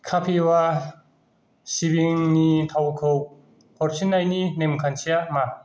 कापिवा सिबिंनि थावखौ हरफिन्नायनि नेमखान्थिया मा